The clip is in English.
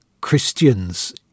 Christians